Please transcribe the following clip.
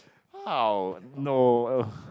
!wow! no